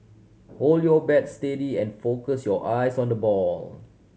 hold your bat steady and focus your eyes on the ball